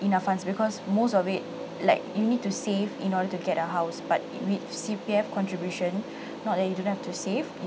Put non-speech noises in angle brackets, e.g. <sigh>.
enough funds because most of it like you need to save in order to get a house but it with C_P_F contribution <breath> not that you don't have to save